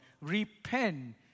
Repent